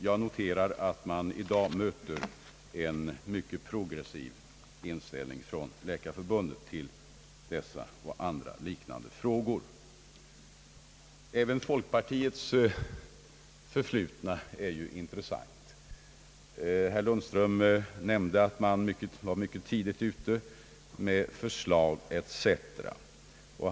Jag noterar att man i dag möter en progressiv inställning från Läkarförbundet till dessa och andra liknande frågor. Även folkpartiets förflutna är ju intressant. Herr Lundström nämnde att man mycket tidigt var ute med förslag etc.